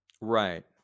Right